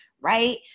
right